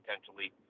potentially